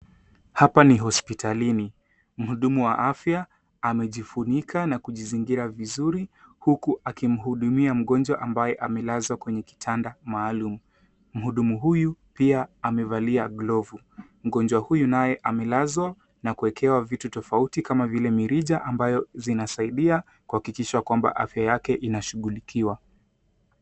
Hapa ni hospitalini mhudhumu wa afya amejifunika na kujizingira vizuri huku akimhudumia mngonjwa ambaye amelaswa kwenye kitanda maalum. Mhudhumu huyu pia amevalia glovu. Mngonjwa huyu naye amelaswa na kuwekewa vitu tafauti kama vile mirija ambayo zinasaidia kuhahikisha kwamba afya yake inashukulikiwa.